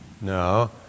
No